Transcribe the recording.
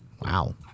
Wow